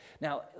Now